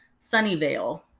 Sunnyvale